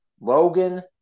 Logan